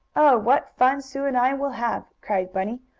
what fun sue and i will have! cried bunny.